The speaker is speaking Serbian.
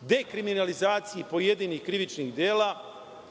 dekriminalizaciji pojedinih krivičnih dela,